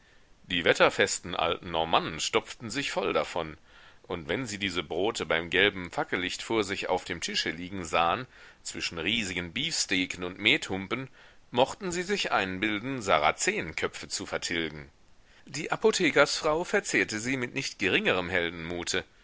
die wetterfesten alten normannen stopften sich voll davon und wenn sie diese brote beim gelben fackellicht vor sich auf dem tische liegen sahen zwischen riesigen beefsteaken und methumpen mochten sie sich einbilden sarazenenköpfe zu vertilgen die apothekersfrau verzehrte sie mit nicht geringerem heldenmute